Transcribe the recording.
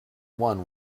one